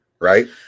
right